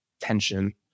tension